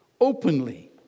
openly